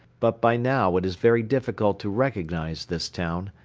but by now it is very difficult to recognize this town.